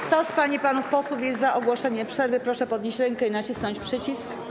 Kto z pań i panów posłów jest za ogłoszeniem przerwy, proszę podnieść rękę i nacisnąć przycisk.